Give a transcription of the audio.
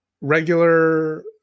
regular